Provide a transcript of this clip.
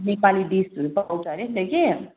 नेपाली डिसहरू पाउँछ हरे नि त कि